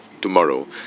tomorrow